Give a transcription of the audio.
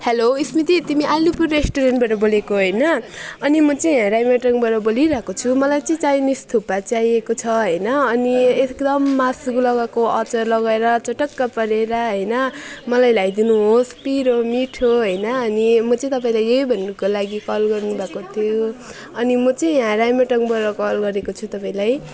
hello Smriti तिमी अलिपुर रेस्टुरेन्टबाट बोलेको होइन अनि म चाहिँ राइमटाङबाट बोलिरहेको छु मलाई चाहिँ चाइनिस थुक्पा चाहिएको छ होइन अनि एकदम मासु लगाएको अचार लगाएर चटक्क पारेर होइन मलाई ल्याइदिनु होस् पिरो मिठो होइन अनि म चाहिँ तपाईँलाई यही भन्नुको लागि कल गर्नुभएको थियो अनि म चाहिँ यहाँ राइमटाङबाट कल गरेको छु तपाईँलाई